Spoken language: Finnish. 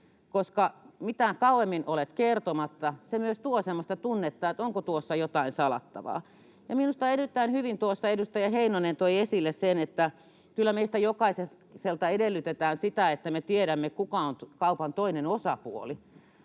koska mitä kauemmin olet kertomatta, se myös tuo semmoista tunnetta, että onko tuossa jotain salattavaa. Minusta erittäin hyvin tuossa edustaja Heinonen toi esille sen, että kyllä meiltä jokaiselta edellytetään, että me tiedämme, kuka on kaupan toinen osapuoli.